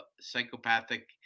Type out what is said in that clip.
psychopathic